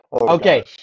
Okay